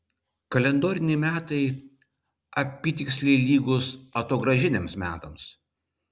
kalendoriniai metai apytiksliai lygūs atogrąžiniams metams